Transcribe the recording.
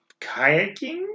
Kayaking